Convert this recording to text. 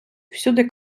всюди